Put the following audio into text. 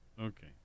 Okay